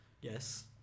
Yes